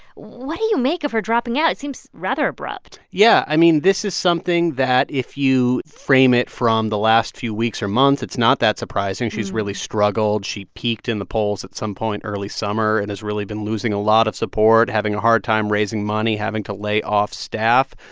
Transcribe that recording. what do you make of her dropping out? it seems rather abrupt yeah. i mean, this is something that if you frame it from the last few weeks or months, it's not that surprising. she's really struggled. she peaked in the polls at some point early summer and has really been losing a lot of support, having a hard time raising money, having to lay off staff.